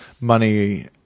money